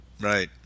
Right